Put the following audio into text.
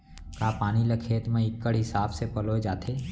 का पानी ला खेत म इक्कड़ हिसाब से पलोय जाथे?